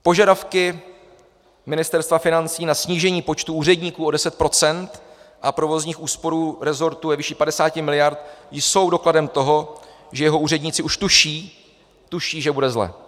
Požadavky Ministerstva financí na snížení počtu úředníků o 10 % a provozních úspor resortů ve výši 50 miliard jsou dokladem toho, že jeho úředníci už tuší, že bude zle.